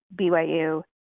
BYU